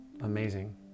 Amazing